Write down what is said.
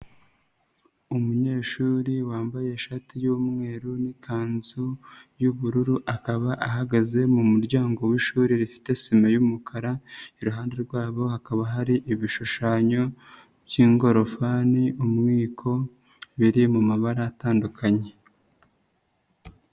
Umunyeshuri wambaye ishati y'umweru n'ikanzu y'ubururu, akaba ahagaze mu muryango wi'ishuri rifite sima y'umukara, iruhande rwabo hakaba hari ibishushanyo by'ingorofani, umwiko, biri mu mabara atandukanye.